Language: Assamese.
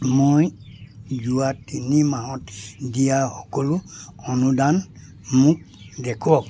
মই যোৱা তিনি মাহত দিয়া সকলো অনুদান মোক দেখুৱাওক